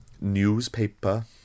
newspaper